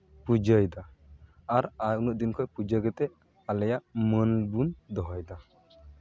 ᱯᱩᱡᱟᱹᱭᱮᱫᱟ ᱟᱨ ᱩᱱᱟᱹᱜ ᱫᱤᱱ ᱠᱷᱚᱡ ᱯᱩᱡᱟᱹ ᱠᱟᱛᱮᱫ ᱟᱞᱮᱭᱟᱜ ᱢᱟᱹᱱ ᱵᱚᱱ ᱫᱚᱦᱚᱭᱫᱟ